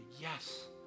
yes